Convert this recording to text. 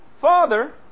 father